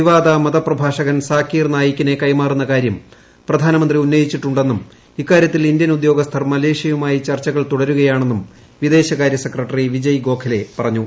വിവാദ മതപ്രഭാഷകൻ സാക്കിർ നായിക്കിനെ കൈമാറുന്ന കാര്യം പ്രധാനമന്ത്രി ഉന്നയിച്ചിട്ടുണ്ടെന്നും ഇക്കാര്യത്തിൽ ഇന്ത്യൻ ഉദ്ചോസ്ഥർ മലേഷ്യയുമായി ചർച്ചകൾ തുടരുകയാണെന്നും വിദേശകാര്യ സെക്രട്ടറി വിജയ് ഗോഖലെ പറഞ്ഞു